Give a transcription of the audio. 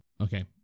Okay